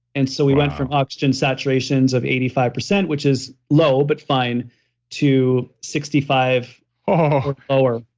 and so we went from oxygen saturations of eighty five percent, which is low but fine to sixty five or lower,